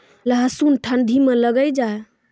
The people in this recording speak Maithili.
लहसुन ठंडी मे लगे जा?